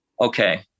Okay